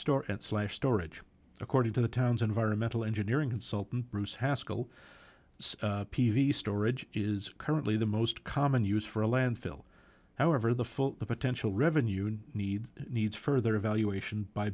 and slash storage according to the town's environmental engineering consultant bruce haskell p v storage is currently the most common use for a landfill however the full potential revenue need needs further evaluation by